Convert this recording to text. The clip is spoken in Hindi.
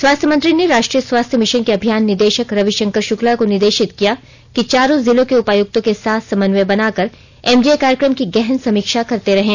स्वास्थ्य मंत्री ने राष्ट्रीय स्वास्थ्य मिशन के अभियान निदेशक रवि शंकर शुक्ला को निदेशित किया कि चारों जिले के उपायुक्तों के साथ समन्वय बनाकर एमडीए कार्यक्रम की गहने समीक्षा करते रहें